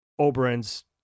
Oberyn's